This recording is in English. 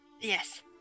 Yes